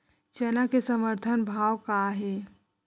चना के समर्थन भाव का हे?